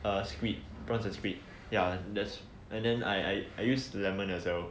err squid prawns and squid ya that and then I use lemon as well